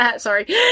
Sorry